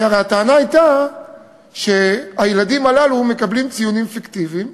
כי הרי הטענה הייתה שהילדים הללו מקבלים ציונים פיקטיביים,